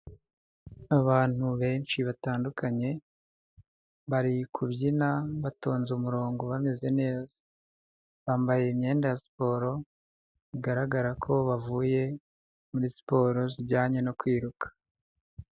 Abantu benshi batandukanye bari kubyina batonze umurongo bameze neza, bambaye imyenda ya siporo bigaragara ko bavuye muri siporo zijyanye no kwiruka.